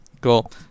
Cool